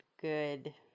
good